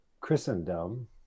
christendom